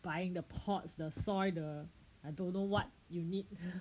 buying the pots the soil the I don't know what you need